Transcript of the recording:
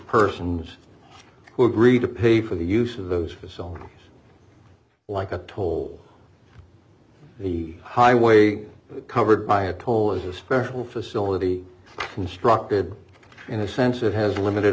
persons who agreed to pay for the use of those facilities like a toll the highway covered by a toll is a special facility constructed in a sense it has limited